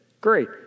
great